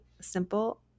simple